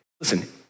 listen